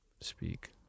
speak